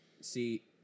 See